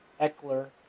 Eckler